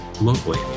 locally